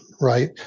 Right